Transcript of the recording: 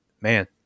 man